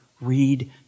read